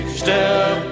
step